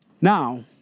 Now